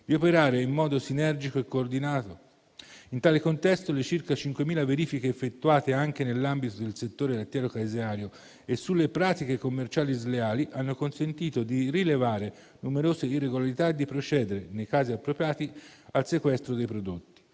di operare in modo sinergico e coordinato. In tale contesto, le circa 5.000 verifiche effettuate anche nell'ambito del settore lattiero-caseario e sulle pratiche commerciali sleali hanno consentito di rilevare numerose irregolarità e di procedere, nei casi appropriati, al sequestro dei prodotti.